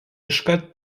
iškart